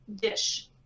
dish